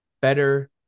better